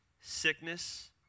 sickness